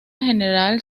general